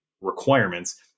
requirements